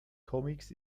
comics